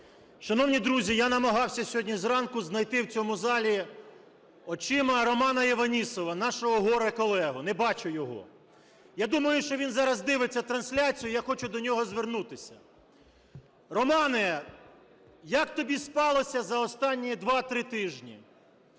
Шановні друзі, я намагався сьогодні зранку знайти в цьому залі очима Романа Іванісова, нашого горе-колегу, не бачу його. Я думаю, що він зараз дивиться трансляцію, я хочу до нього звернутися. Романе, як тобі спалося за останні два-три тижні?